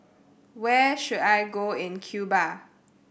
where should I go in Cuba